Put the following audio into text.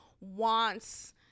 wants